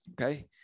Okay